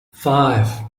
five